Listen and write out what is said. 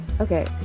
Okay